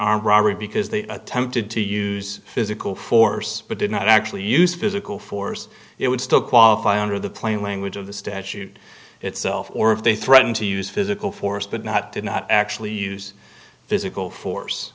armed robbery because they attempted to use physical force but did not actually use physical force it would still qualify under the plain language of the statute itself or if they threaten to use physical force but not did not actually use physical force